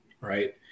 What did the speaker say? right